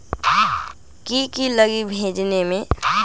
की की लगी भेजने में?